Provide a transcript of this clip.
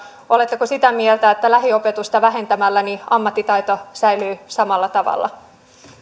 oletteko sitä mieltä että lähiopetusta vähentämällä ammattitaito säilyy samalla tavalla